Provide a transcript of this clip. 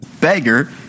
beggar